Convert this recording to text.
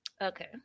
Okay